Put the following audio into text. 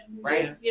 Right